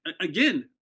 again